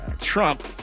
Trump